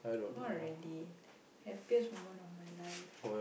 not really happiest moment of my life